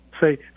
say